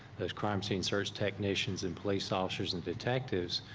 those crime scene search technicians and police officers and detectives,